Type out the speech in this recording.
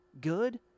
good